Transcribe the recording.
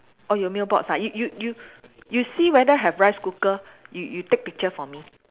orh your mailbox ah you you you you see whether have rice cooker you you take picture for me